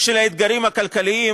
של אתגרים כלכליים.